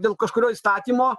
dėl kažkurio įstatymo